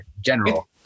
general